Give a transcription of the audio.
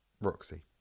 Roxy